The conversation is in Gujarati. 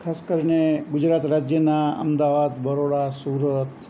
ખાસ કરીને ગુજરાત રાજ્યના અમદાવાદ બરોડા સુરત